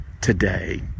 today